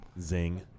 Zing